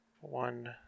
one